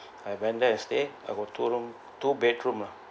I went there and stay I got two room two bedroom ah